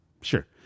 Sure